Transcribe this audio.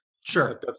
Sure